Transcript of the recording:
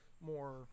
more